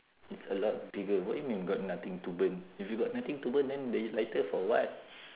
it's a lot bigger what you mean you got nothing to burn if you got nothing to burn then you use lighter for what